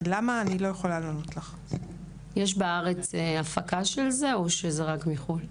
יש בארץ הפקה של זה או שזה רק מחו"ל?